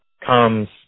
comes